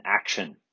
Action